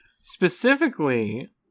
Specifically